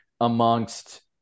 amongst